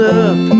up